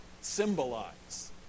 symbolize